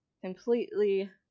completely